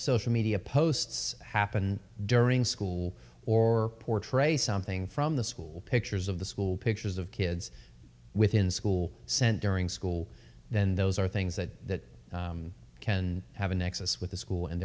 social media posts happen during school or portray something from the school pictures of the school pictures of kids within school sent during school then those are things that can have a nexus with the school and